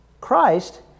Christ